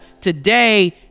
Today